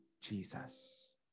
Jesus